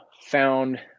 found